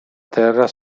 terra